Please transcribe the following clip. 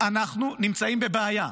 אנחנו נמצאים בבעיה.